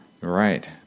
Right